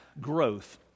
growth